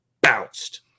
bounced